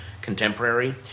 contemporary